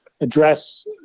address